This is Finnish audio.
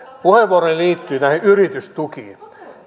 puheenvuoroni liittyy näihin yritystukiin